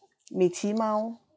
米奇猫